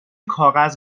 کاغذ